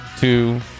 two